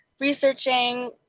researching